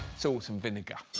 so awesome vinegar